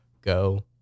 Go